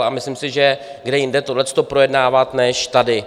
A myslím si, že kde jinde tohleto projednávat než tady.